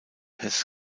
heß